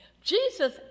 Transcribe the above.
Jesus